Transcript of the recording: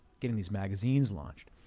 getting these magazines launched.